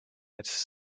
his